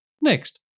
Next